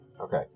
Okay